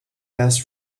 best